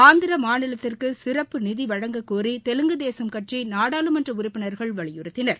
ஆந்திர மாநிலத்திற்கு சிறப்பு நிதி வழங்கக் கோரி தெலுங்கு தேசும் கட்சி நாடாளுமன்ற உறுப்பினர்கள் வலியுறுத்தினர்